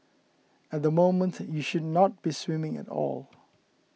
at the moment you should not be swimming at all